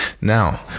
Now